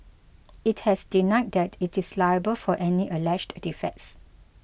it has denied that it is liable for any alleged defects